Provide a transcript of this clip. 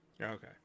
Okay